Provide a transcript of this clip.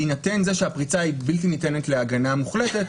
בהינתן זה שהפריצה היא בלתי ניתנת להגנה מוחלטת,